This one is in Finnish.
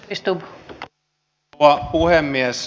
arvoisa rouva puhemies